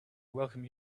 welcome